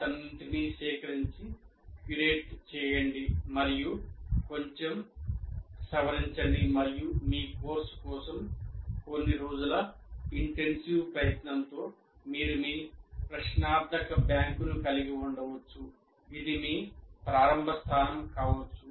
వాటన్నింటినీ సేకరించి క్యూరేట్ చేయండి మరియు కొంచెం సవరించండిమరియు మీ కోర్సు కోసం కొన్ని రోజుల ఇంటెన్సివ్ ప్రయత్నంతో మీరు మీ ప్రశ్నార్థక బ్యాంకును కలిగి ఉండవచ్చు ఇది మీ ప్రారంభ స్థానం కావచ్చు